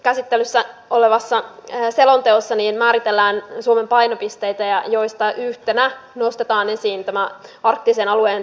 käsittelyssä olevassa selonteossa määritellään suomen painopisteitä joista yhtenä nostetaan esiin tämä arktisen alueen tulevaisuus